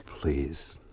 Please